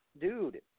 dude